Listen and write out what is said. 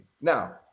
Now